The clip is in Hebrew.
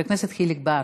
חבר הכנסת חיליק בר.